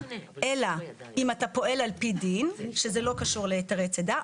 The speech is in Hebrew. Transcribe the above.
אלא אם אתה פועל על פי דין - שזה לא קשור להיתרי צידה.